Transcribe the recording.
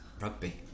rugby